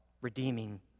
redeeming